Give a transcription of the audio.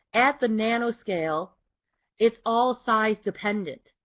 at the nanoscale it's all size dependent.